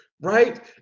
Right